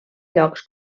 llocs